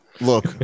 Look